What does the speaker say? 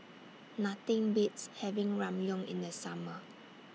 Nothing Beats having Ramyeon in The Summer